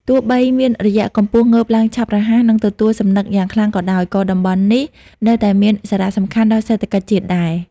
ទោះបីមាន រយៈកំពស់ងើបឡើងឆាប់រហ័ស និងទទួលសំណឹកយ៉ាងខ្លាំងក៏ដោយ ក៏តំបន់នេះ នៅតែមានសារៈសំខាន់ដល់សេដ្ឋកិច្ចជាតិដែរ។